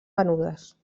venudes